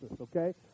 okay